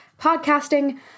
podcasting